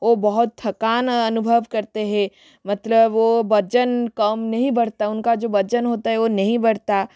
वह बहुत थकान अनुभव करते हैं मतलब वह वजन कम नहीं बढ़ता उनका जो वजन होता है वह नहीं बढ़ता